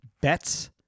bets